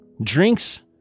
drinks